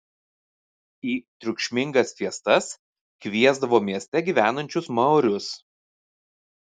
į triukšmingas fiestas kviesdavo mieste gyvenančius maorius